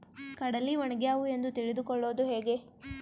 ಕಡಲಿ ಒಣಗ್ಯಾವು ಎಂದು ತಿಳಿದು ಕೊಳ್ಳೋದು ಹೇಗೆ?